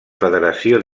federació